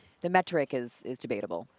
the metric is is debatable.